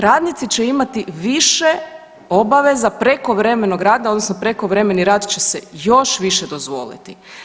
Radnici će imati više obaveza prekovremenog rada, odnosno prekovremeni rad će se još više dozvoliti.